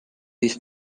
this